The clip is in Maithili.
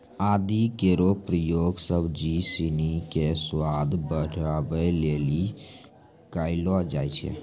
आदि केरो प्रयोग सब्जी सिनी क स्वाद बढ़ावै लेलि कयलो जाय छै